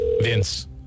Vince